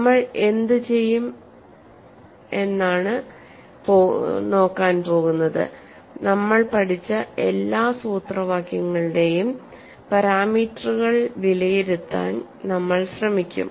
നമ്മൾ എന്തുചെയ്യും എന്നതാണ് നോക്കാൻ പോകുന്നത് നമ്മൾ പഠിച്ച എല്ലാ സൂത്രവാക്യങ്ങളുടെയും പാരാമീറ്ററുകൾ വിലയിരുത്താൻ നമ്മൾ ശ്രമിക്കും